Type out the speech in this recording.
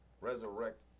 resurrect